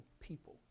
people